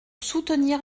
soutenir